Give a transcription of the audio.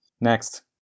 Next